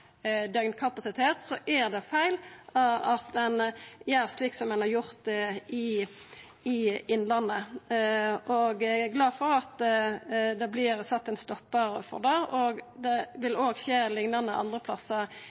er det feil at ein gjer slik som ein har gjort i Innlandet. Eg er glad for at det vert sett ein stoppar for det, og det vil også skje liknande andre plassar